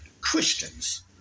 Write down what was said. Christians